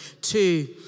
Two